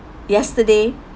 yesterday